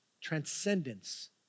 transcendence